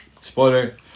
Spoiler